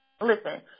Listen